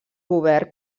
govern